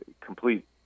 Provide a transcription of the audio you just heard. complete